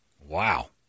Wow